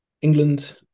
England